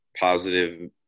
positive